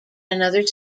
another